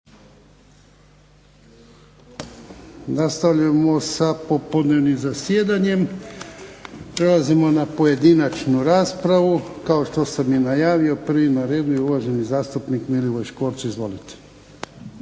Nastavljamo sa popodnevnim zasjedanjem. Prelazimo na pojedinačnu raspravu kao što sam najavio, na redu je uvaženi zastupnik Milivoj Škvorc. Izvolite.